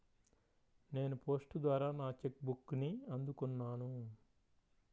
నేను పోస్ట్ ద్వారా నా చెక్ బుక్ని అందుకున్నాను